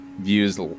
views